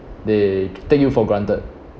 they take you for granted